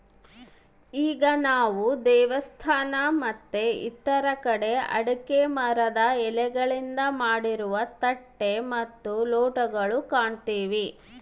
ಈಗ ನಾವು ದೇವಸ್ಥಾನ ಮತ್ತೆ ಇತರ ಕಡೆ ಅಡಿಕೆ ಮರದ ಎಲೆಗಳಿಂದ ಮಾಡಿರುವ ತಟ್ಟೆ ಮತ್ತು ಲೋಟಗಳು ಕಾಣ್ತಿವಿ